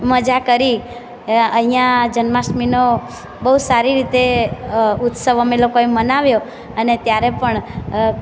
મજા કરી અહીંયા જન્માષ્ટમીનો બહુ સારી રીતે ઉત્સવ અમે લોકોએ મનાવ્યો અને ત્યારે પણ